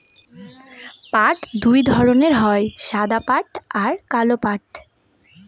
পাট দুই ধরনের হয় সাদা পাট আর কালো পাট